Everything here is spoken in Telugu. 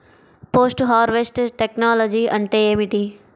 పోస్ట్ హార్వెస్ట్ టెక్నాలజీ అంటే ఏమిటి?